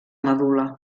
medul·la